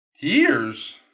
Years